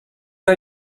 are